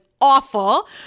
awful